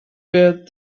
build